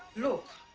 look.